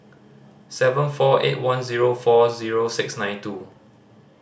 seven four eight one zero four zero six nine two